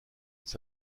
ça